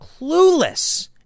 clueless